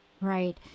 Right